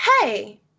hey